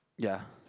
ya